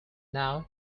now